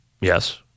Yes